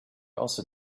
also